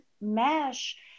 mesh